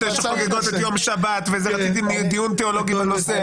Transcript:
זה מבחינתי ביום ראשון בדיון המעקב.